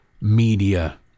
media